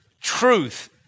truth